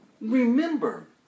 Remember